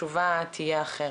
התשובה תהיה אחרת.